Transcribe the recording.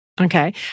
Okay